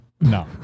No